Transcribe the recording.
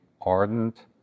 ardent